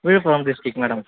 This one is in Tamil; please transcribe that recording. Villupuram district madam